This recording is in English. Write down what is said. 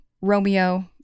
Romeo